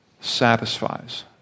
satisfies